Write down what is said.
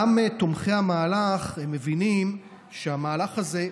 וגם תומכי המהלך מבינים שהמהלך הזה,